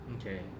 okay